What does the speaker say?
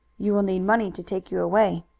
you will need money to take you away.